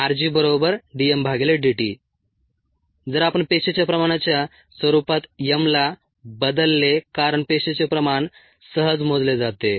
rgddt जर आपण पेशीच्या प्रमाणाच्या स्वरूपात m ला बदलले कारण पेशीचे प्रमाण सहज मोजले जाते